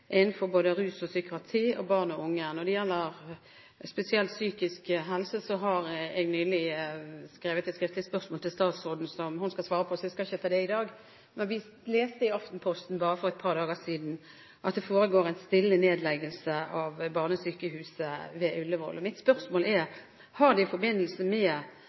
innenfor både rus og psykiatri og til barn og unge. Når det gjelder psykisk helse spesielt, har jeg nylig sendt et skriftlig spørsmål til statsråden som hun skal svare på, så jeg skal ikke ta det i dag. Vi leste i Aftenposten for bare et par dager siden at det foregår en stille nedleggelse av barnesykehuset ved Ullevål. Mitt spørsmål er: Har det i forbindelse med